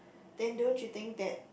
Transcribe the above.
then don't you think that